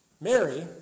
Mary